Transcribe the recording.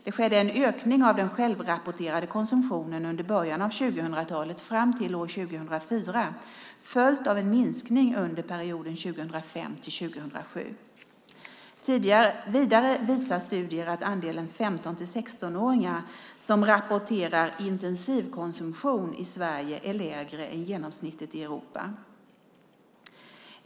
Det skedde en ökning av den självrapporterade konsumtionen under början av 2000-talet fram till år 2004, följt av en minskning under perioden 2005 till 2007. Vidare visar studier att andelen 15-16-åringar som rapporterar intensivkonsumtion i Sverige är lägre än genomsnittet i Europa.